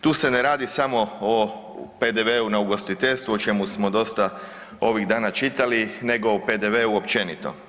Tu se ne radi samo na PDV-u na ugostiteljstvu, o čemu smo dosta ovih dana čitali, nego o PDV-u općenito.